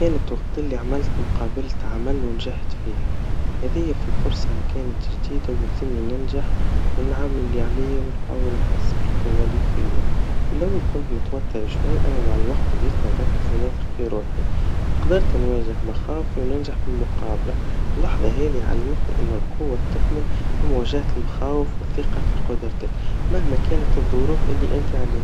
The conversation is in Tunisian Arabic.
كنت وقت اللي عملت مقابلة عمل ونجحت فيها, هذي في فرصا كانت جديدا ويلزمني إن انجح ونعمل اللي عليا ونحسب القوا اللي فيا, فالاول كنت متوتر شوي, أما مع الوقت بديت نركز ونثق في روحي, قدرت نواجه مخاوف وننجح في المقابلا, اللحظا هذي علمتني إن القوا تكمن في مواجهة المخاوف والثقا في قدرتك, مهما كانت الظروف اللي انت عليها.